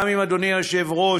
גם עם אדוני היושב-ראש,